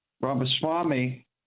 Ramaswamy